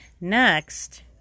Next